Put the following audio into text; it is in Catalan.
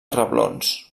reblons